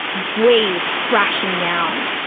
wave crashing down.